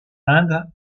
inde